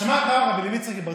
שמעת פעם על הרב לוי יצחק מברדיצ'ב?